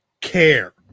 care